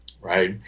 right